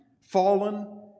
fallen